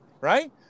right